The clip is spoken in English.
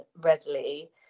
readily